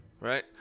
right